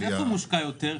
איפה מושקע יותר?